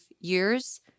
years